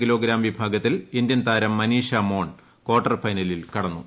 kilogram വിഭാഗത്തിൽ ഇന്ത്യൻതാരം Manisha Moun quarter ഫൈനലിൽ കടന്നു